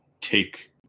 take